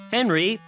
Henry